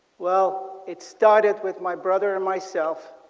well it started with my brother and myself